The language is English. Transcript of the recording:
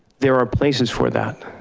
there are places for that,